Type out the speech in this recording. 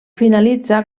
finalitza